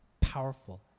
powerful